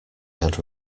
had